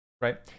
right